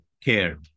care